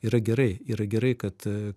yra gerai yra gerai kad